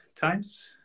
times